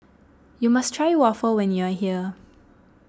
you must try Waffle when you are here